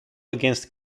against